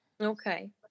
Okay